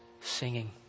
singing